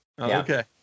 okay